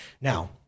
Now